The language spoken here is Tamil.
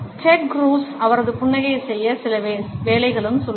டெட் க்ரூஸ் அவரது புன்னகையைச் செய்ய சில வேலைகளும் உள்ளன